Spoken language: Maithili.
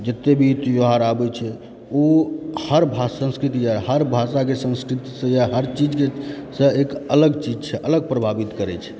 जते भी त्यौहार आबै छै ओ हर भाषा संस्कृति या हर भाषाके संस्कृतिसँ या हर चीजसँ एक अलग चीज छै अलग प्रभावित करै छै